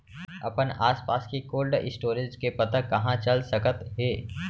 अपन आसपास के कोल्ड स्टोरेज के पता कहाँ चल सकत हे?